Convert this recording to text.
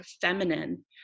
feminine